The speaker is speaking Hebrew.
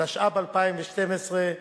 התשע"ב 2012,